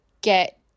get